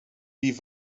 wie